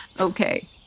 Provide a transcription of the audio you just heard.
Okay